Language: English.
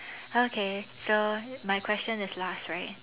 okay so my question is last right